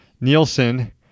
Nielsen